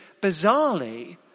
bizarrely